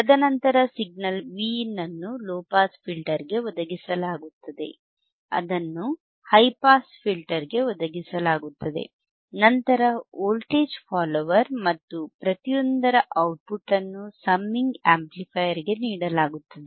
ತದನಂತರ signal Vin ಅನ್ನು low pass ಫಿಲ್ಟರ್ಗೆ ಒದಗಿಸಲಾಗುತ್ತದೆ ಅದನ್ನು ಹೈ ಪಾಸ್ ಫಿಲ್ಟರ್ಗೆ ಒದಗಿಸಲಾಗುತ್ತದೆ ನಂತರ ವೋಲ್ಟೇಜ್ ಫಾಲೋವರ್ ಮತ್ತು ಪ್ರತಿಯೊಂದರ ಔಟ್ಪುಟ್ ಅನ್ನು ಸಮ್ಮಿಂಗ್ ಆಂಪ್ಲಿಫೈಯರ್ಗೆ ನೀಡಲಾಗುತ್ತದೆ